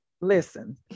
Listen